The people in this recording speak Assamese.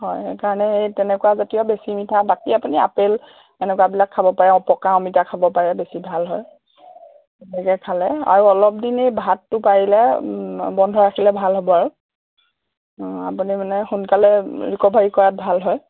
হয় সেইকাৰণে এই তেনেকুৱা জাতীয় বেছি মিঠা বাকী আপুনি আপেল এনেকুৱাবিলাক খাব পাৰে পকা অমিতা খাব পাৰে বেছি ভাল হয় তেনেকে খালে আৰু অলপ দিন ভাতটো পাৰিলে বন্ধ ৰাখিলে ভাল হ'ব আৰু আপুনি মানে সোনকালে ৰিকভাৰী কৰাত ভাল হয়